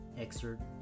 excerpt